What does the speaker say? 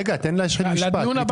רגע, תן להשלים משפט.